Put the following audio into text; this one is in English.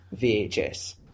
VHS